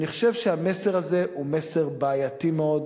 אני חושב שהמסר הזה הוא מסר בעייתי מאוד.